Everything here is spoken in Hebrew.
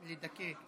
כדי לדכא.